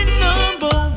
number